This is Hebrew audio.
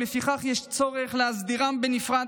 ולפיכך יש צורך להסדירם בנפרד,